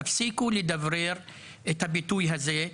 תפסיקו לדברר את הביטוי הזה,